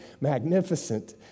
magnificent